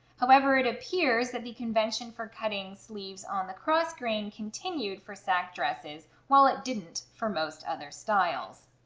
however it appears that the convention for cutting sleeves on the cross grain continued for sack dresses while it didn't for most other styles.